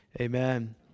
Amen